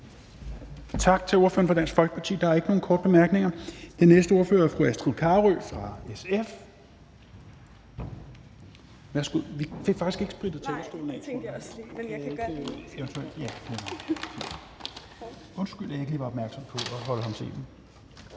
Tak til ordføreren for Dansk Folkeparti. Der er ikke nogen korte bemærkninger. Den næste ordfører er fru Astrid Carøe fra SF.